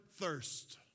thirst